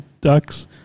ducks